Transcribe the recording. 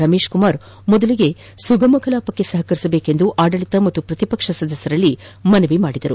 ರಮೇಶ್ಕುಮಾರ್ ಸುಗಮ ಕಲಾಪಕ್ಕೆ ಸಹಕರಿಸುವಂತೆ ಆಡಳಿತ ಮತ್ತು ಪ್ರತಿಪಕ್ಷ ಸದಸ್ಯರಲ್ಲಿ ಮನವಿ ಮಾಡಿದರು